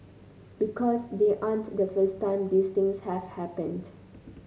because they aren't the first time these things have happened